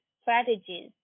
strategies